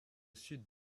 sud